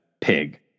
pig